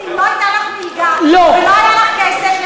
לא היית פה אם לא הייתה לך מלגה ולא היה לך כסף.